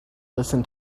listen